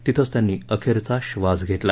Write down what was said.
तिथंच त्यांनी अखेरचा धास घेतला